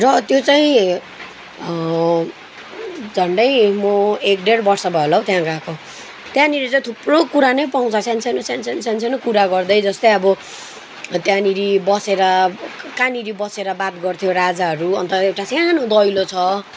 र त्यो चाहिँ झण्डै म एक डेढ वर्ष भयो होल हौ त्यहाँ गएको त्यहाँनिर चाहिँ थुप्रो कुरा नै पाउँछ सानो सानो सानो सानो सानो सानो कुरा गर्दै जस्तै अब त्यहाँनिर बसेर कहाँनिर बसेर बात गर्थ्यो राजाहरू अन्त एउटा सानो दैलो छ